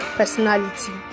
personality